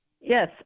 Yes